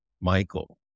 Michael